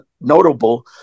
notable